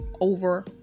over